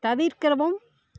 தவிர்க்கரவும்